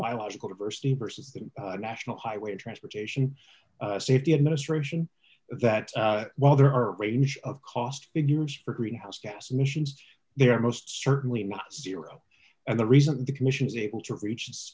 biological diversity versus the national highway transportation safety administration that while there are a range of cost figures for greenhouse gas emissions they are most certainly much zero and the reason the commission is able to reach